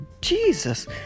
Jesus